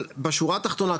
אבל בשורה התחתונה,